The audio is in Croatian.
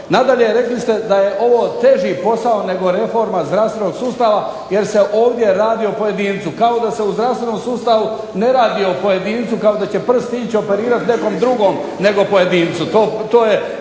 Nadalje, rekli ste da je ovo teži posao nego reforma zdravstvenog sustava jer se ovdje radi o pojedincu kao da se u zdravstvenom sustavu ne radi o pojedincu, kao da će prst ići operirati nekom drugom nego pojedincu.